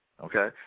Okay